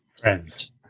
Friends